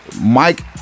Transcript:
Mike